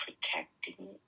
protecting